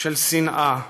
של שנאה,